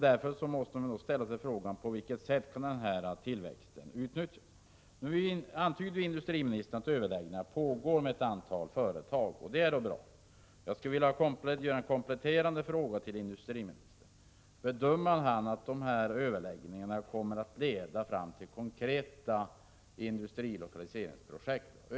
Därför måste man ställa sig frågan: På vilket sätt kan denna tillväxt utnyttjas? Nu antyder industriministern att överläggningar pågår med ett antal företag. Det är ju bra. Jag skulle dock vilja ställa en kompletterande fråga till industriministern: Bedömer industriministern att de här överläggningarna kommer att leda fram till konkreta industrilokaliseringsprojekt?